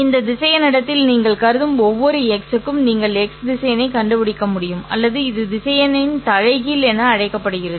இந்த திசையன் இடத்தில் நீங்கள் கருதும் ஒவ்வொரு ́x க்கும் நீங்கள் x திசையனைக் கண்டுபிடிக்க முடியும் அல்லது இது திசையனின் தலைகீழ் என அழைக்கப்படுகிறது